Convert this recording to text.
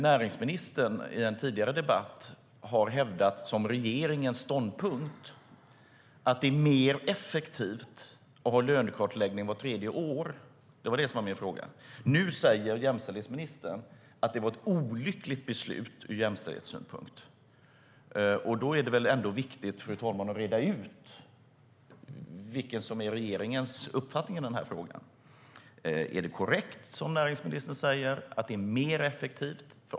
Näringsministern har i en tidigare debatt hävdat som regeringens ståndpunkt att man tycker att det är mer effektivt att ha lönekartläggningar vart tredje år. Det var det min fråga gällde. Nu säger jämställdhetsministern att det var ett olyckligt beslut ur jämställdhetssynpunkt. Då är det väl viktigt, fru talman, att reda ut vilken som är regeringens uppfattning i frågan. Är det korrekt som näringsministern säger, att det är mer effektivt?